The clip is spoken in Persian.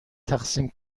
تقسیم